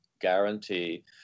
guarantee